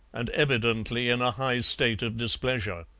and evidently in a high state of displeasure.